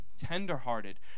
tenderhearted